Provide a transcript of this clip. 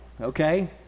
okay